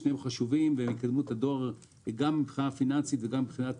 שניהם חשובים ויקדמו את הדואר גם מבחינה פיננסית וגם מבחינת